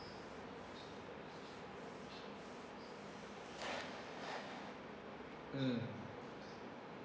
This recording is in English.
mm